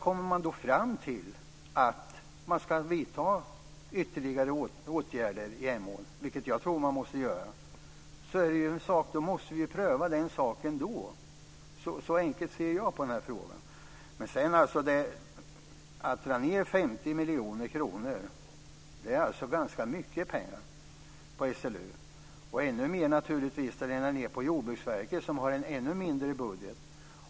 Kommer man fram till att det ska vidtas ytterligare åtgärder vid Emån, vilket jag tror måste ske, ska den frågan prövas då. Så enkelt ser jag på detta. En neddragning med 50 miljoner kronor är ganska mycket pengar för SLU. Ännu hårdare skulle neddragningen slå mot Jordbruksverket, som har en ännu mindre budget.